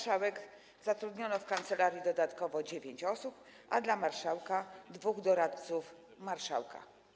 Zatrudniono w kancelarii dodatkowo dziewięć osób, a dla marszałka - dwóch doradców marszałka.